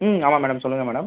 ம் ஆமாம் மேடம் சொல்லுங்கள் மேடம்